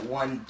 one